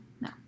no